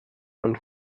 und